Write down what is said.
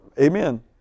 Amen